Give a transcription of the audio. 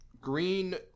Green